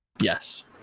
Yes